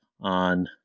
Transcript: on